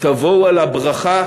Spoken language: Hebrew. תבואו על הברכה,